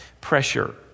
pressure